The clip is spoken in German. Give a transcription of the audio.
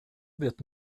wird